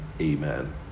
Amen